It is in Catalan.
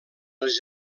els